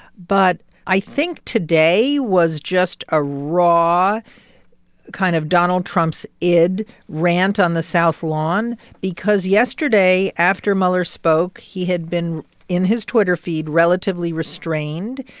but i think today was just a raw kind of donald trump's id rant on the south lawn because yesterday, after mueller spoke, he had been in his twitter feed, relatively restrained.